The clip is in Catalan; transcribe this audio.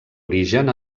origen